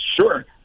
Sure